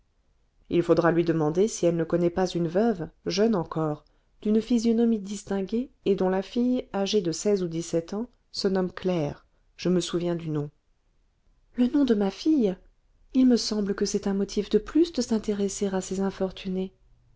il faudra lui demander si elle ne connaît pas une veuve jeune encore d'une physionomie distinguée et dont la fille âgée de seize ou dix-sept ans se nomme claire je me souviens du nom le nom de ma fille il me semble que c'est un motif de plus de s'intéresser à ces infortunées